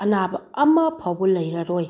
ꯑꯅꯥꯕ ꯑꯃ ꯐꯥꯎꯕ ꯂꯩꯔꯔꯣꯏ